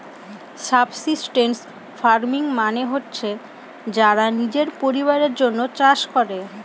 subsistence farming মানে হচ্ছে যারা নিজের পরিবারের জন্য চাষ করে